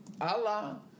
Allah